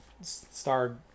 Star